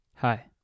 Hi